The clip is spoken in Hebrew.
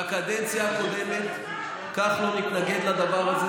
בקדנציה הקודמת כחלון התנגד לדבר הזה.